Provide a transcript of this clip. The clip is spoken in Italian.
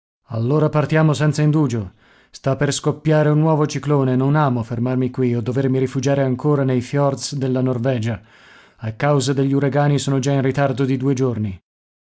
allora partiamo senza indugio sta per scoppiare un nuovo ciclone e non amo fermarmi qui o dovermi rifugiare ancora nei fiords della norvegia a causa degli uragani sono già in ritardo di due giorni